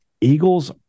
Eagles